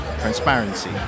Transparency